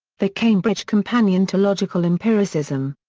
the cambridge companion to logical empiricism.